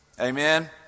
Amen